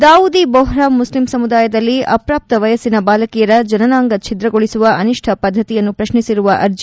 ದಾವೂದೀ ಬೊಪ್ರಾ ಮುಸ್ಲಿಂ ಸಮುದಾಯದಲ್ಲಿ ಅಪ್ರಾಪ್ತ ವಯಸ್ಲಿನ ಬಾಲಕಿಯರ ಜನನಾಂಗ ಛಿದ್ರಗೊಳಿಸುವ ಅನಿಷ್ಠ ಪದ್ದತಿಯನ್ನು ಪ್ರಶ್ನಿಸಿರುವ ಅರ್ಜಿ